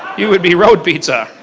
you would be road pizza.